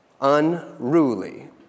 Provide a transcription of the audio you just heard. unruly